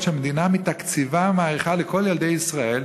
שהמדינה מתקציבה מאריכה לכל ילדי ישראל,